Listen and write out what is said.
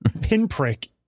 pinprick